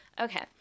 Okay